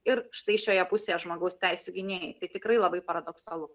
ir štai šioje pusėje žmogaus teisių gynėjai tikrai labai paradoksalu